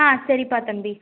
ஆ சரிப்பா தம்பி